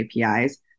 APIs